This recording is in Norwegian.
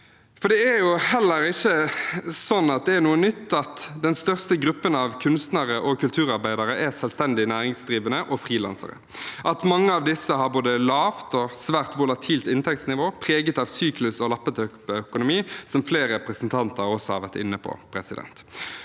Det er heller ikke noe nytt at den største gruppen av kunstnere og kulturarbeidere er selvstendig næringsdrivende og frilansere, at mange av disse har både lavt og svært volatilt inntektsnivå preget av syklus- og lappeteppeøkonomi – som flere representanter har vært inne på – og at